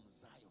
zion